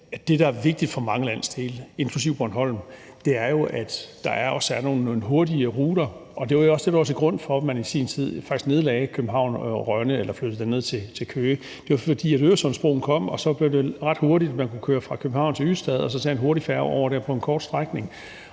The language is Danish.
det, der er vigtigt for mange landsdele, inklusive Bornholm, jo er, at der også er nogle hurtige ruter. Det var også det, der lå til grund for, at man i sin tid faktisk nedlagde København-Rønne eller flyttede den ned til Køge. Det var, fordi Øresundsbroen kom, og så blev det ret hurtigt at køre fra København til Ystad og så tage en hurtigfærge over der på en kort strækning.